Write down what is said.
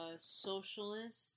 socialist